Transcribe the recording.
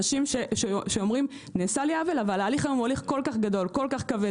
אנשים שאומרים שנעשה להם עוול אבל בגלל שההליך כל כך ארוך וכל-כך כבד